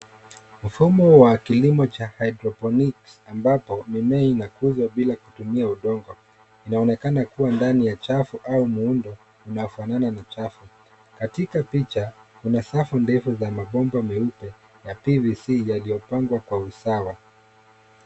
Mfumo wa kilimo cha hydroponics ambapo mimea inakuzwa bila kutumia udongo. Inaonekana kuwa ndani ya chafu au muundo unafanana na chafu. Katika picha kuna safu ndefu za mabomba meupe ya PVC yaliyopangwa kwa usawa.